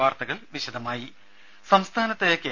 വാർത്തകൾ വിശദമായി സംസ്ഥാനത്ത് കെ